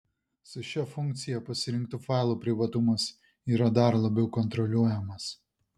su šia funkcija pasirinktų failų privatumas yra dar labiau kontroliuojamas